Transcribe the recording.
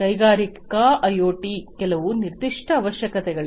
ಕೈಗಾರಿಕಾ ಐಒಟಿಗೆ ಕೆಲವು ನಿರ್ದಿಷ್ಟ ಅವಶ್ಯಕತೆಗಳಿವೆ